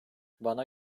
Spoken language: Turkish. bana